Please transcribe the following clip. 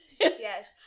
Yes